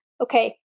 okay